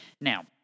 Now